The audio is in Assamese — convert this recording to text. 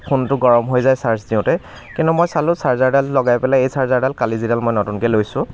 ফোনটো গৰম হৈ যায় চাৰ্জ দিওঁতে কিন্তু মই চালোঁ চাৰ্জাৰডাল লগাই পেলাই এই চাৰ্জাৰডাল কালি যিডাল মই নতুনকে লৈছোঁ